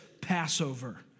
Passover